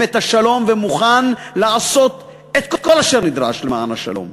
השלום ומוכן לעשות את כל אשר נדרש למען השלום.